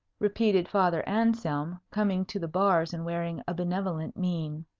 repeated father anselm, coming to the bars and wearing a benevolent mien.